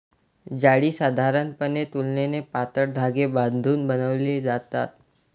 जाळी साधारणपणे तुलनेने पातळ धागे बांधून बनवली जातात